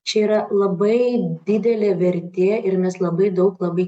čia yra labai didelė vertė ir mes labai daug labai